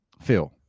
Phil